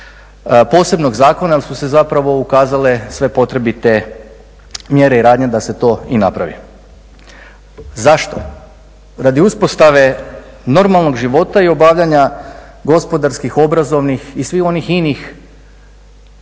posebnog zakona jer su se zapravo ukazale sve potrebite mjere i radnje da se to i napravi. Zašto? Radi uspostave normalnog života i obavljanja gospodarskih, obrazovnih i svih onih inih